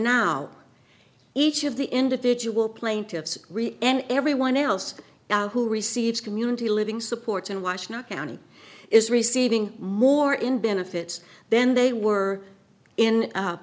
now each of the individual plaintiffs and everyone else who receives community living support and watch not county is receiving more in benefits then they were in